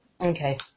Okay